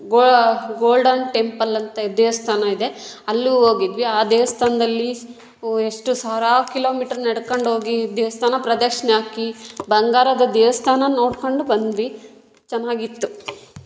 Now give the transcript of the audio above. ಗೋ golden ಟೆಂಪಲ್ಲಂತ ದೇವಸ್ಥಾನ ಇದೆ ಅಲ್ಲೂ ಹೋಗಿದ್ವಿ ಆ ದೇವಸ್ಥಾನ್ದಲ್ಲಿ ಹೊ ಎಷ್ಟು ಸಾವ್ರಾರು ಕಿಲೋ ಮೀಟರ್ ನಡ್ಕೊಂಡೋಗಿ ದೇವಸ್ಥಾನ ಪ್ರದಕ್ಷಿಣೆ ಹಾಕಿ ಬಂಗಾರದ ದೇವಸ್ಥಾನ ನೋಡ್ಕೊಂಡು ಬಂದ್ವಿ ಚೆನ್ನಾಗಿತ್ತು